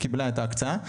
קיבלה את ההקצאה,